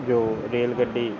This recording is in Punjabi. ਜੋ ਰੇਲ ਗੱਡੀ